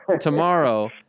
tomorrow